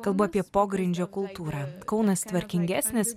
kalbu apie pogrindžio kultūrą kaunas tvarkingesnis